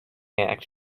act